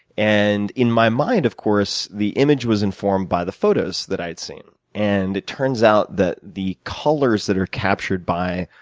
and in my mind, of course, the image was informed by the photos that i had seen. and it turns out that the colors that are captured by